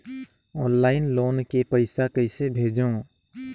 Online loan के पईसा कइसे भेजों?